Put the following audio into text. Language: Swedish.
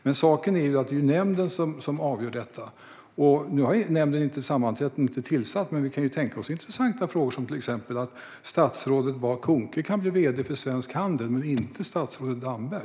Men saken är den att det är nämnden som avgör detta. Nu har inte nämnden sammanträtt och är inte tillsatt, men vi kan ju tänka oss intressanta frågor, som att till exempel statsrådet Bah Kuhnke men inte statsrådet Damberg kan bli vd för Svensk Handel.